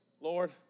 Lord